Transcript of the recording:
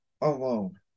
alone